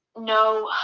no